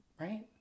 Right